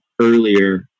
earlier